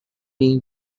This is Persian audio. این